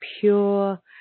pure